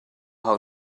how